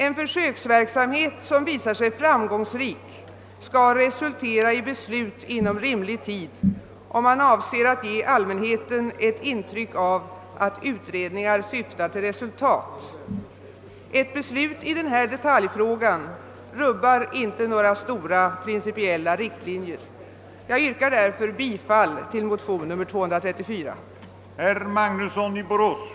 En försöksverksamhet som visar sig framgångsrik skall resultera i beslut inom rimlig tid, om man vill ge allmänheten ett intryck av att utredningar syftar till resultat. Ett beslut i denna detaljfråga rubbar inte några stora principiella riktlinjer. Herr talman! Jag yrkar bifall till motionerna I:125 och I1:234.